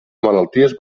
malalties